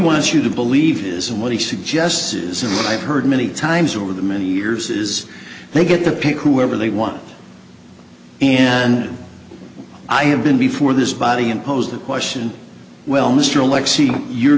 wants you to believe it is and what he suggests is and i've heard many times over the many years is they get to pick whoever they want and i have been before this body and posed the question well mr alexie your